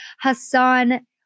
Hassan